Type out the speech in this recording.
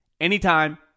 anytime